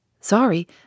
Sorry